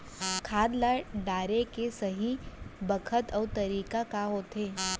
खाद ल डाले के सही बखत अऊ तरीका का होथे?